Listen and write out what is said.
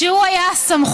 שהוא היה הסמכות,